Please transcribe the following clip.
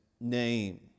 name